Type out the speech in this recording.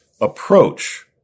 approach